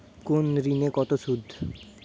কোন ঋণে কত সুদ?